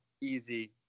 easy